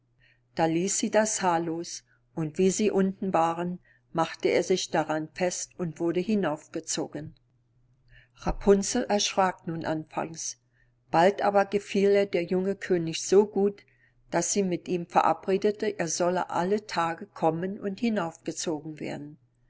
da ließ sie die haare los und wie sie unten waren machte er sich daran fest und wurde hinaufgezogen rapunzel erschrack nun anfangs bald aber gefiel ihr der junge könig so gut daß sie mit ihm verabredete er solle alle tage kommen und hinaufgezogen werden